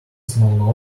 small